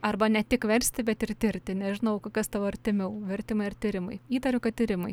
arba ne tik versti bet ir tirti nežinau k kas tau artimiau vertimai ar tyrimai įtariu kad tyrimai